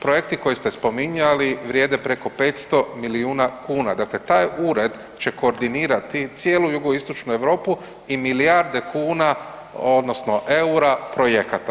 Projekti koje ste spominjali vrijede preko 500 milijuna kuna, dakle taj ured će koordinirati cijelu jugoistočnu Europu i milijarde kuna odnosno EUR-a projekata.